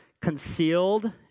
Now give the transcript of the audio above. concealed